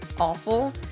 awful